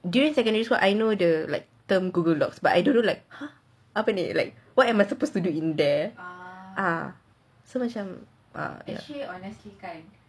during secondary school I know the like term google docs but I don't know like !huh! apa ni like what am I supposed to do there ah so macam